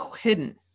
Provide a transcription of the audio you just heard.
hidden